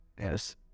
Yes